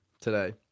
today